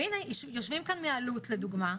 והנה, יושבים כאן נציגים של אלו"ט, לדוגמה,